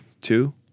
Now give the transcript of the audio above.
two